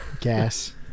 Gas